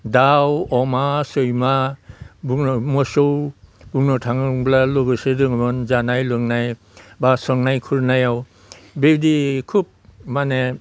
दाउ अमा सैमा बुङो मोसौ बुंनो थाङोब्ला लोगोसे दङमोन जानाय लोंनाय बा संनाय खुरनायाव बेबायदि खोब माने